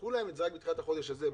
פתחו להם את זה רק בתחילת החודש הזה,